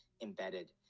embedded